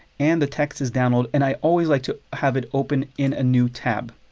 and the text is download and i always like to have it open in a new tab